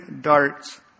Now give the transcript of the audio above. darts